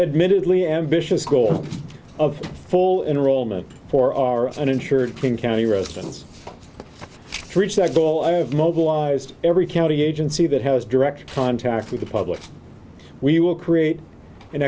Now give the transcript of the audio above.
admittedly ambitious goal of full enrollment for our uninsured king county residents to reach that goal i have mobilized every county agency that has direct contact with the public we will create an